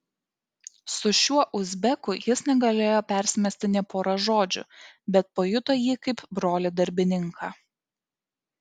su šiuo uzbeku jis negalėjo persimesti nė pora žodžių bet pajuto jį kaip brolį darbininką